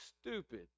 stupid